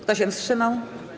Kto się wstrzymał?